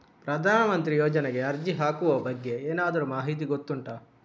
ಪ್ರಧಾನ ಮಂತ್ರಿ ಯೋಜನೆಗೆ ಅರ್ಜಿ ಹಾಕುವ ಬಗ್ಗೆ ಏನಾದರೂ ಮಾಹಿತಿ ಗೊತ್ತುಂಟ?